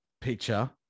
picture